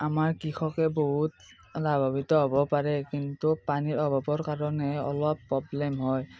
আমাৰ কৃষকে বহুত লাভাৱিত হ'ব পাৰে কিন্তু পানীৰ অভাৱৰ কাৰণেহে অলপ পব্লেম হয়